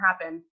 happen